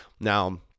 Now